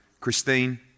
Christine